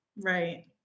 Right